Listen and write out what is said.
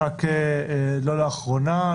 לא לאחרונה.